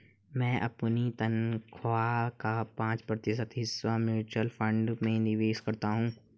मैं अपनी तनख्वाह का पाँच प्रतिशत हिस्सा म्यूचुअल फंड में निवेश करता हूँ